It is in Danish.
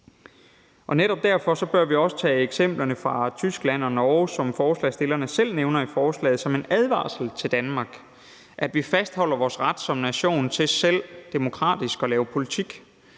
Netop derfor bør vi også tage eksemplerne fra Tyskland og Norge, som forslagsstillerne selv nævner i forslaget, som en advarsel til Danmark. Vi skal fastholde vores ret som nation til selv at lave politik